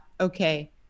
okay